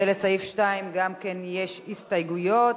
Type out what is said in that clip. ולסעיף 2 גם כן יש הסתייגות.